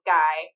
guy